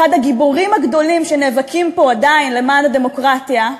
אחד הגיבורים הגדולים שנאבקים פה עדיין למען הדמוקרטיה,